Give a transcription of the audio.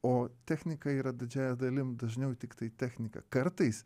o technika yra didžiąja dalim dažniau tiktai technika kartais